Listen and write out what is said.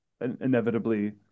inevitably